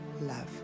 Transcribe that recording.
love